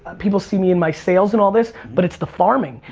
ah people see me in my sales and all this, but it's the farming.